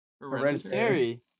hereditary